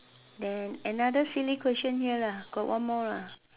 then another silly question here lah got one more lah